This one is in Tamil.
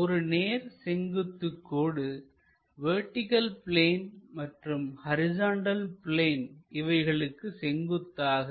ஒரு நேர் செங்குத்துக் கோடு வெர்டிகள் பிளேன் மற்றும் ஹரிசாண்டல் பிளேன் இவைகளுக்கு செங்குத்தாக